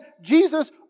Jesus